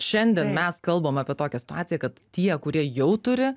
šiandien mes kalbam apie tokią situaciją kad tie kurie jau turi